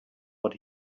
what